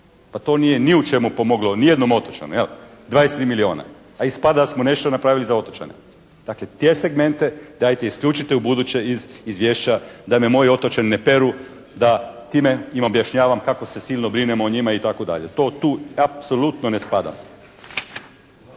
Pa to nije ni u čemu pomoglo ni jednom otočanu, jel. 23 milijuna. A ispada da smo nešto napravili za otočane. Dakle, te segmente dajte isključite ubuduće iz izvješća da me moji otočani ne peru, da time im objašnjavam kako se silno brinemo o njima itd. To tu apsolutno ne spada.